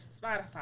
Spotify